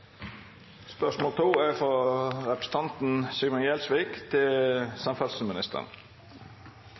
Spørsmål 1, fra representanten Stein Erik Lauvås til samferdselsministeren,